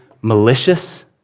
malicious